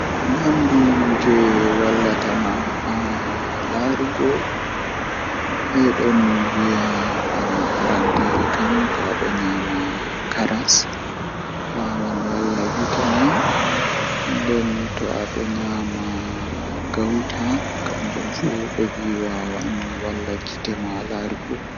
Deftere jei mi jangibabal do jei veli am masin kanjum woni qur'anu, Ngam kala ndse mi jangi dum pat midon nana beldum masin don sena mi masin ngam haalaaji allah on nden don wada mi wela mi haa nder bernde am.